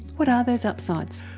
what are those upsides?